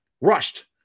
rushed